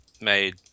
Made